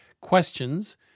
questions